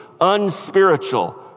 unspiritual